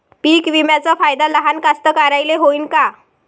पीक विम्याचा फायदा लहान कास्तकाराइले होईन का?